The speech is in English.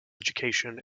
education